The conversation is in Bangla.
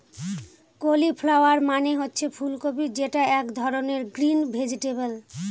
কলিফ্লাওয়ার মানে হচ্ছে ফুল কপি যেটা এক ধরনের গ্রিন ভেজিটেবল